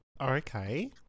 Okay